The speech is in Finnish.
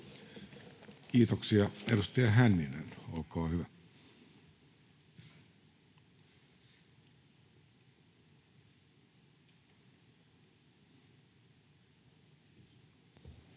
Kiitoksia. — Edustaja Hänninen, olkaa hyvä. Arvoisa